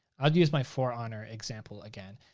i'll use my for honor example again.